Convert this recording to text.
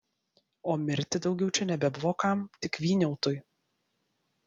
o mirti daugiau čia nebebuvo kam tik vyniautui